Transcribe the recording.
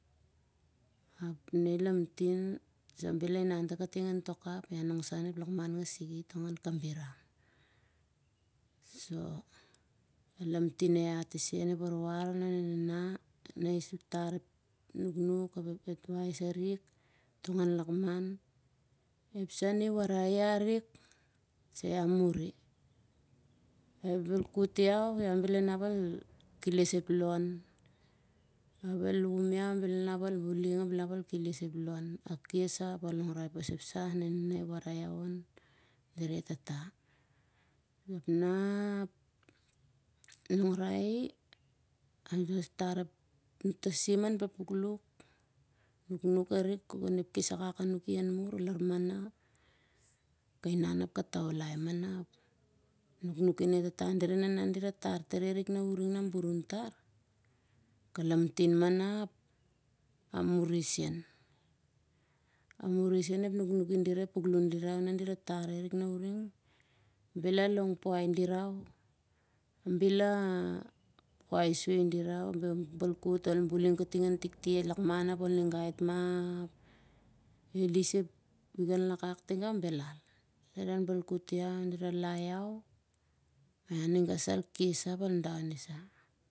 Ap na i lamtin bel a inan kating on tok ap iah anonga on ep lakman ngasik tong an kabiram. el lamtin hat isen ep warwar ane nana na i tar ep nuknuk arik tong an lakman. ep sah ni warai arik iah a muri. el balkut iau, iau bel anap al buling, a kes sah ap a longrai pas ep sah e nana i warai iau on dira e tata. ap nah longrai i, el tar ep tatasim an palpukluk nuknuk arik on ep kes akak anuki nah han mur. lar mah nah ka inan ap ka taulai. ep nuknukin e tata dira e nana dira tar tari arik na a burun tar. kalamtin mah na ap a muri sen. a muri sen ep nuknuk, ep palpuklun dira nah dira tari arik nah uring, bel a long puai dirau. ap bel a puai soi dirau oh al balkut ap al ninga itmah, belal.